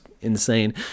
insane